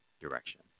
direction